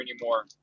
anymore